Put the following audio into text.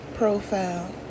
profile